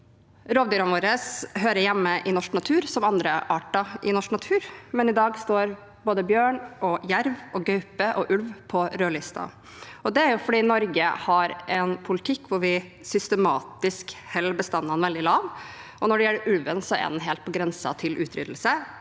Rovdyrene våre hører hjemme i norsk natur, som andre arter i norsk natur, men i dag står både bjørn, jerv, gaupe og ulv på rødlisten. Det er fordi Norge har en politikk hvor vi systematisk holder bestandene veldig lave. Når det gjelder ulven, er den helt på grensen til utryddelse.